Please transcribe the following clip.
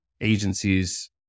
agencies